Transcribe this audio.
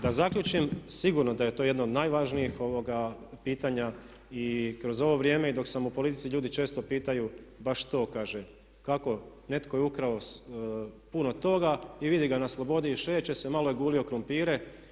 Da zaključim, sigurno da je to jedno od najvažnijih pitanja i kroz ovo vrijeme i dok sam u politici ljudi često pitaju baš to, kaže kako netko je ukrao puno toga i vidi ga na slobodi i šeće se, malo je gulio krumpire.